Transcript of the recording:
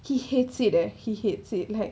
he hates it eh he hates it like